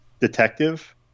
detective